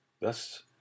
Thus